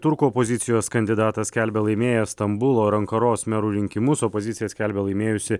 turkų opozicijos kandidatas skelbia laimėjęs stambulo ir ankaros merų rinkimus opozicija skelbia laimėjusi